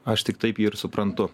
aš tik taip jį ir suprantu